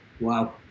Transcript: Wow